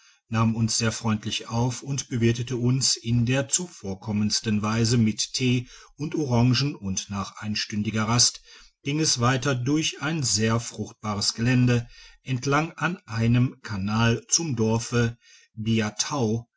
nahm uns sehr freundlich auf und bewirtete uns in der zuvorkommendsten weise mit thee und orangen und nach einsttindiger rast ging es weiter durch ein sehr fruchtbares gelände entlang an einem kanal zum dorfe